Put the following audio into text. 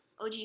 og